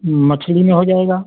मछली में हो जाएगा